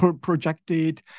projected